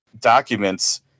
documents